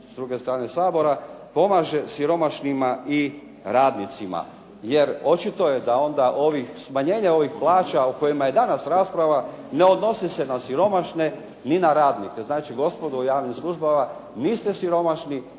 s druge strane Sabora pomaže siromašnima i radnicima. Jer očito je da onda ovih, smanjenje ovih plaća o kojima je danas rasprava ne odnose se na siromašne ni na radnike. Znači, gospodo u javnim službama niste siromašni